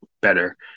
better